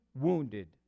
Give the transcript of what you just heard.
wounded